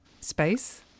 space